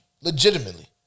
legitimately